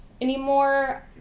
anymore